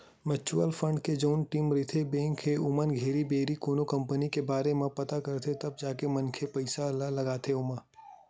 mutual fund के जउन team रहिथे बेंक के ओमन घेरी भेरी कोनो कंपनी के बारे म पता करथे तब जाके मनखे के पइसा ल लगाथे ओमा